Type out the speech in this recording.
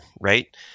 right